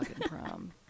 prom